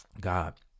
god